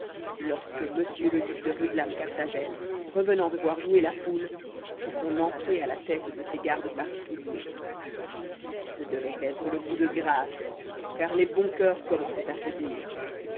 lorsque m le duc de rudelamecarthagène revenant de voir jouer la poule fît son entrée à la tête de ses gardes particuliers ce devait être le coup de grâce car les bons coeurs commençaient à faiblir